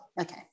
Okay